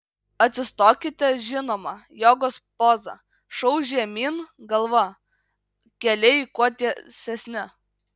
atsistokite žinoma jogos poza šou žemyn galva keliai kuo tiesesni